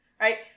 right